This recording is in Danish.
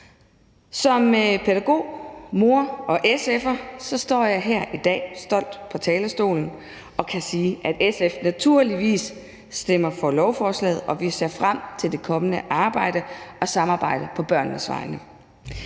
Som pædagog, mor og SF'er står jeg her i dag stolt på talerstolen og kan sige, at SF naturligvis stemmer for lovforslaget, og vi ser frem til det kommende arbejde og samarbejde på børnenes vegne.